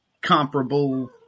comparable